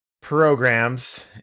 programs